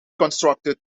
constructed